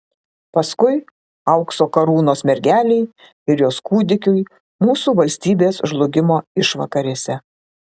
paskui aukso karūnos mergelei ir jos kūdikiui mūsų valstybės žlugimo išvakarėse